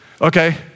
okay